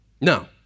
No